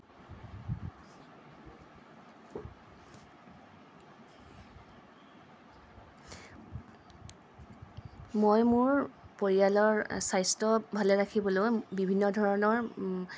মই মোৰ পৰিয়ালৰ স্বাস্থ্য ভালে ৰাখিবলৈ বিভিন্ন ধৰণৰ